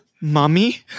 Mommy